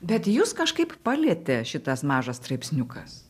bet jus kažkaip palietė šitas mažas straipsniukas